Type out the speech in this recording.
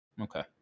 Okay